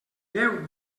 déu